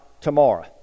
tomorrow